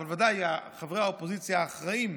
אבל ודאי חברי האופוזיציה האחראיים,